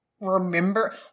remember